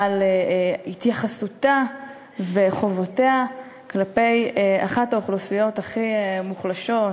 על התייחסותה וחובותיה כלפי אחת האוכלוסיות הכי מוחלשות,